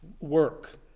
work